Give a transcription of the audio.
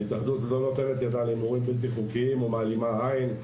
ההתאחדות לא נותנת ידה להימורים בלתי חוקיים או מעלימה עין.